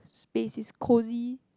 space is cosy